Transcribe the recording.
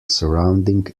surrounding